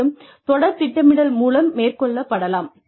மேலும் தொடர் திட்டமிடல் மூலம் மேற்கொள்ளப்படலாம்